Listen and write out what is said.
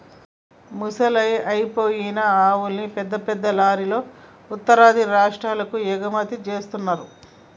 ముసలయ్యి అయిపోయిన ఆవుల్ని పెద్ద పెద్ద లారీలల్లో ఉత్తరాది రాష్టాలకు ఎగుమతి జేత్తన్నరు